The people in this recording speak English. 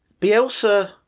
Bielsa